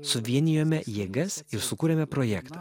suvienijome jėgas ir sukūrėme projektą